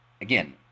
again